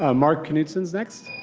ah mark knudsen is next.